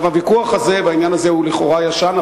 הוויכוח הזה והעניין הזה הוא לכאורה ישן,